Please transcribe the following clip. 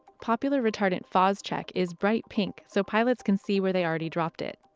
popular retardant phos-chek is bright pink so pilots can see where they already dropped it.